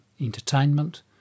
entertainment